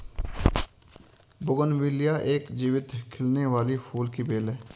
bougainvillea एक जीवंत खिलने वाली फूल की बेल है